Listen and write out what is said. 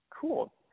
Cool